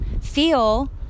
feel